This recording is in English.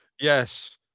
Yes